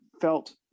felt